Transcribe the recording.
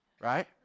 right